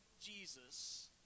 Jesus